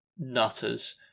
nutters